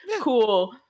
cool